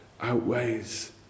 outweighs